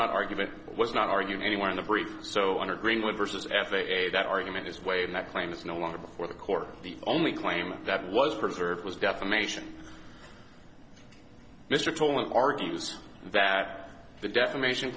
not argument was not argued anywhere in the brief so under greenwood versus ab a that argument is way and that claim is no longer before the court the only claim that was preserved was defamation mr tolan argues that the defamation